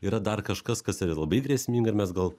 yra dar kažkas kas yra labai grėsminga ir mes gal